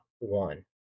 one